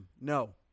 No